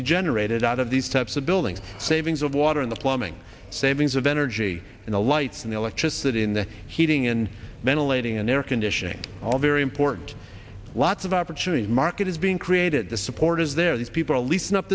be generated out of these types of buildings savings of water in the plumbing savings of energy in the lights and electricity in the heating and ventilating and air conditioning all very important lots of opportunities market is being created the support is there the people least not